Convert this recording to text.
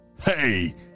Hey